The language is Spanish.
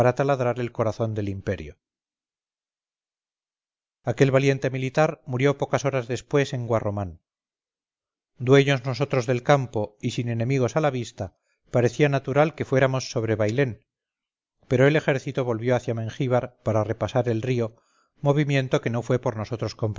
taladrar el corazón del imperio aquel valiente militar murió pocas horas después en guarromán dueños nosotros del campo y sin enemigos a la vista parecía natural que fuéramos sobre bailén pero el ejército volvió hacia mengíbar para repasar el río movimiento que no fue por nosotros